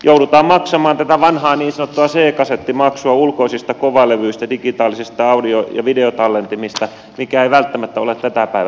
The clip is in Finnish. joudutaan maksamaan tätä vanhaa niin sanottua c kasettimaksua ulkoisista kovalevyistä ja digitaalisista audio ja videotallentimista mikä ei välttämättä ole tätä päivää